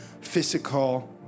physical